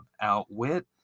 Outwit